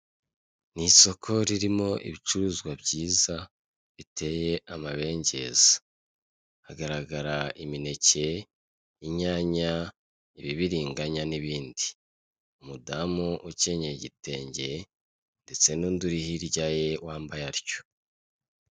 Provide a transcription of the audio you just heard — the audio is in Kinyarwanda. Ni isoko ririmo ibicuruzwa byiza, biteye amabengeza. Hagaragara imineke, inyanya, ibibiringanya, n'ibindi. Umudamu ukenyeye igitenge, ndetse n'undi uri hirya ye wambaye atyo.